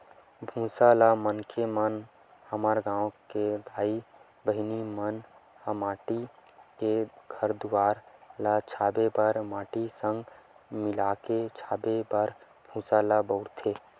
भूसा ल मनखे मन ह हमर गाँव घर के दाई बहिनी मन ह माटी के घर दुवार ल छाबे बर माटी संग मिलाके छाबे बर भूसा ल बउरथे